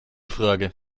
frage